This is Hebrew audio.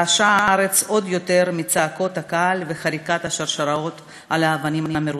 רעשה הארץ עוד יותר מצעקות הקהל ומחריקת השרשראות על האבנים המרוצפות.